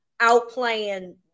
outplaying